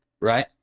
Right